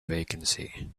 vacancy